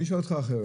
אני אשאל אותך אחרת.